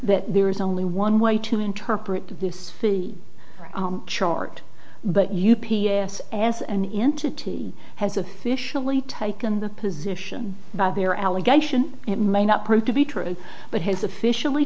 that there is only one way to interpret this see chart but u p s as an entity has officially taken the position by their allegation it may not prove to be true but has officially